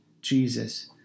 Jesus